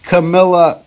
Camilla